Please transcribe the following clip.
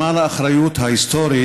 למען האחריות ההיסטורית,